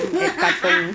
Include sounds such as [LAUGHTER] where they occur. [LAUGHS]